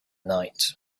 night